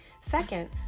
Second